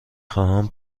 خواهم